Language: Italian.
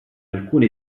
alcune